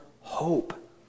hope